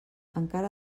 encara